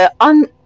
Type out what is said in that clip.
on